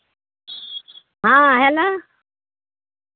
हँ हेलो